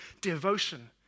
devotion